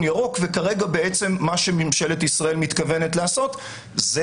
ירוק וכרגע בעצם מה שממשלת ישראל מתכוונת לעשות זה